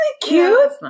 cute